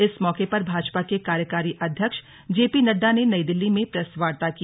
इस मौके पर भाजपा के कार्यकारी अध्यक्ष जेपी नड्डा ने नई दिल्ली में प्रेसवार्ता की